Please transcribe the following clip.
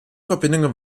verbindungen